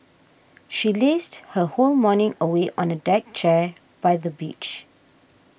she lazed her whole morning away on a deck chair by the beach